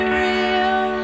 real